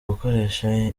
gukoresha